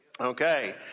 Okay